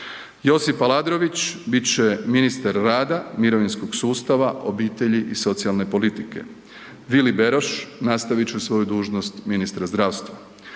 Josip Aladrović bit će ministar rada, mirovinskog sustava, obitelji i socijalne politike, Vili Beroš nastavit će svoju dužnost ministra zdravstva.